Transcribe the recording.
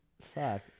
fuck